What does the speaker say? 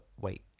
Wait